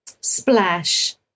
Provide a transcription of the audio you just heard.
splash